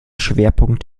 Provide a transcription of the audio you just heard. schwerpunkt